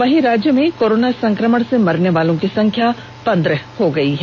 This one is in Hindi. वहीं राज्य में कोरोना संकमण से मरने वालों की संख्या पंद्रह हो गयी है